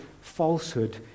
falsehood